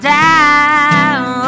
down